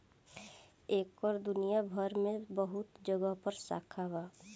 एकर दुनिया भर मे बहुत जगह पर शाखा बा